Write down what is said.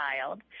child